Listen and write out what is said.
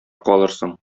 калырсың